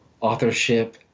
authorship